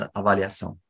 avaliação